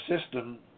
system